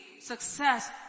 success